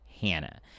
hannah